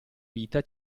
vita